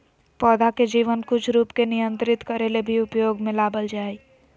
पौधा के जीवन कुछ रूप के नियंत्रित करे ले भी उपयोग में लाबल जा हइ